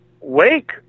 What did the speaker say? Wake